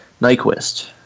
Nyquist